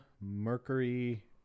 Mercury